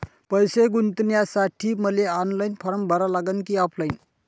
पैसे गुंतन्यासाठी मले ऑनलाईन फारम भरा लागन की ऑफलाईन?